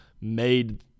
made